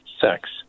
sex